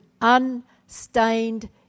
unstained